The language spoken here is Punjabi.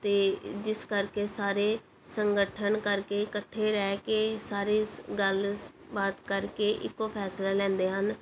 ਅਤੇ ਜਿਸ ਕਰਕੇ ਸਾਰੇ ਸੰਗਠਨ ਕਰਕੇ ਇਕੱਠੇ ਰਹਿ ਕੇ ਸਾਰੇ ਸ ਗੱਲ ਸ ਬਾਤ ਕਰਕੇ ਇੱਕ ਫੈਸਲਾ ਲੈਂਦੇ ਹਨ